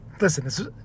Listen